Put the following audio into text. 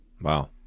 Wow